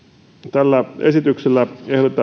ajoneuvoryhmä tällä esityksellä